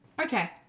Okay